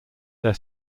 their